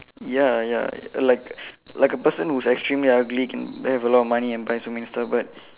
ya ya like like a person who's extremely ugly can have a lot money and buy so many stuff but